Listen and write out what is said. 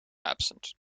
absent